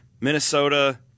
Minnesota